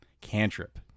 Cantrip